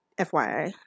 FYI